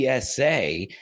PSA